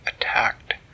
attacked